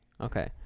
Okay